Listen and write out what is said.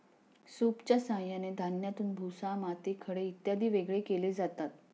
सूपच्या साहाय्याने धान्यातून भुसा, माती, खडे इत्यादी वेगळे केले जातात